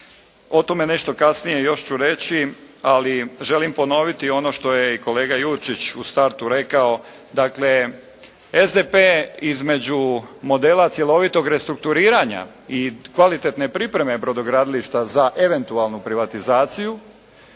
O tome nešto kasnije još ću reći, ali želim ponoviti ono što je i kolega Jurčić u startu rekao. Dakle, SDP između modela cjelovitog restrukturiranja i kvalitetne pripreme brodogradilišta za eventualnu privatizaciju